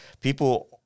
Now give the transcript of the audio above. people